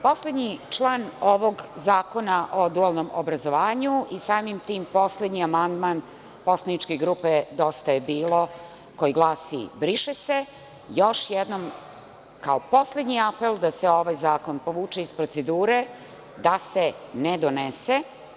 Poslednji član ovog zakona o dualnom obrazovanju i samim tim poslednji amandman poslaničke grupe Dosta je bilo, koji glasi – briše se, još jednom, kao poslednji apel, da se ovaj zakon povuče iz procedure, da se ne donese.